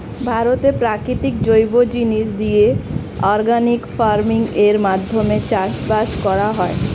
ভারতে প্রাকৃতিক জৈব জিনিস দিয়ে অর্গানিক ফার্মিং এর মাধ্যমে চাষবাস করা হয়